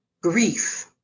grief